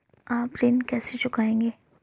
आप ऋण कैसे चुकाएंगे?